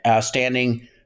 standing